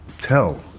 tell